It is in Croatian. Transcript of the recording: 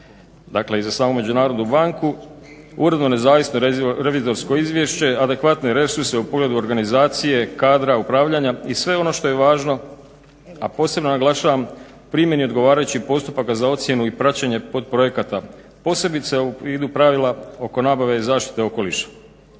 dakle i za samu Međunarodnu banku, uredno nezavisno revizorsko izvješće, adekvatne resurse u pogledu organizacije, kadra, upravljanja i sve ono što je važno, a posebno naglašavam primjenu odgovarajućih postupaka za ocjenu i praćenje potprojekata posebice u vidu pravila oko nabave i zaštite okoliša.